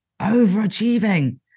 overachieving